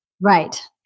Right